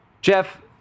Jeff